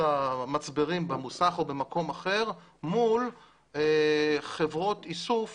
המצברים במוסך או במקום אחר מול חברות איסוף